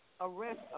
arrest